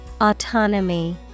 Autonomy